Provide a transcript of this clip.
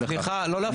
סליחה, לא להפריע.